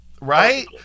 right